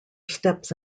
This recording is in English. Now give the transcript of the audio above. steps